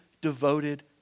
devoted